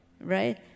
Right